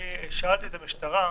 אני שאלתי את המשטרה,